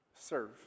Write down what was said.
serve